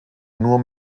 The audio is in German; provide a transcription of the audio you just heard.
nur